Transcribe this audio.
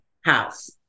house